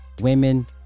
women